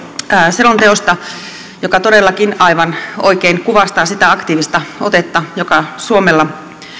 selonteosta joka todellakin aivan oikein kuvastaa sitä aktiivista otetta joka suomella